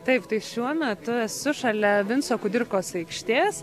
taip tai šiuo metu esu šalia vinco kudirkos aikštės